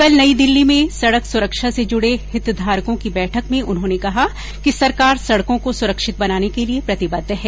कल नई दिल्ली में सड़क सुरक्षा से जुड़े हितधारकों की बैठक में उन्होंने कहा कि सरकार सड़कों को सुरक्षित बनाने के लिए प्रतिबद्ध है